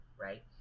right